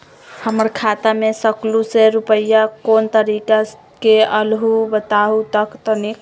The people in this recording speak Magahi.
हमर खाता में सकलू से रूपया कोन तारीक के अलऊह बताहु त तनिक?